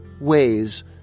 ways